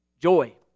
joy